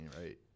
right